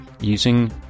using